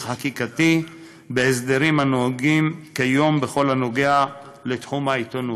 חקיקתי בהסדרים הנוהגים כיום בכל הנוגע לתחום העיתונות.